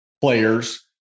players